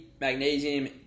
Magnesium